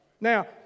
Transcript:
Now